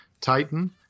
Titan